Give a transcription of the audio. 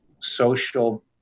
social